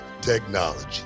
technology